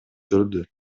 жүрдү